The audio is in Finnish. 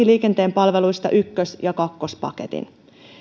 liikenteen palveluista ykkös ja kakkospaketin